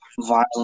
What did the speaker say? violent